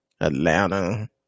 Atlanta